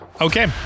Okay